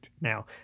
Now